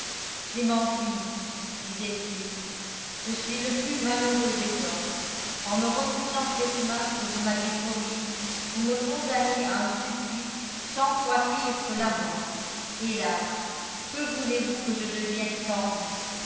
clémentine disait-il je suis le plus malheureux des hommes en me refusant cette main que vous m'aviez promise vous me condamnez à un supplice cent fois pire que la mort hélas que voulez-vous que je devienne sans vous